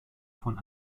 von